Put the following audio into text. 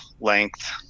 length